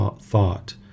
thought